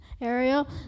Ariel